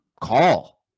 call